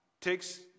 takes